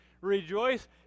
Rejoice